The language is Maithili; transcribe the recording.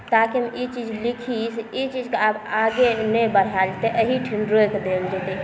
ताकि हम ई चीज लिखी से ई चीजके आब आगे नहि बढ़ायल जेतै एहिठाम रोकि देल जेतै